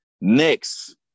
next